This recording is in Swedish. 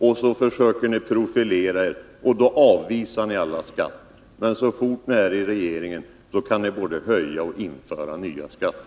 Och så försöker ni profilera er, och då avvisar ni alla förslag om nya skatter. Men när ni sitter i regeringsställning kan ni både höja skatter och införa nya skatter.